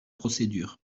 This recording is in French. procédure